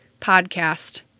podcast